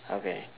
okay